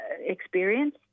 experience